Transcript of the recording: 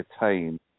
attain